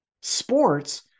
sports